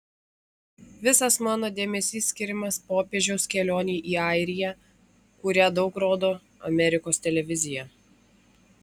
visas mano dėmesys skiriamas popiežiaus kelionei į airiją kurią daug rodo amerikos televizija